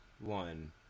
one